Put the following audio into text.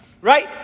right